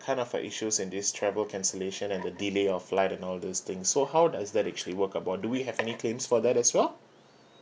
kind of an issues in this travel cancellation and the delay of flight and all those things so how does that actually work about do we have any claims for that as well